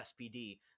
SPD